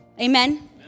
Amen